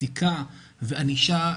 פסיקה וענישה,